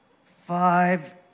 Five